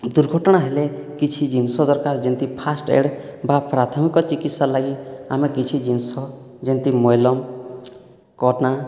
ଦୁର୍ଘଟଣା ହେଲେ କିଛି ଜିନିଷ ଦରକାର ଯେନ୍ତି ଫାଷ୍ଟଏଡ଼ ବା ପ୍ରାଥମିକ ଚିକିତ୍ସା ଲାଗି ଆମେ କିଛି ଜିନିଷ ଯେନ୍ତି ମଲମ କନା